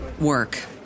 work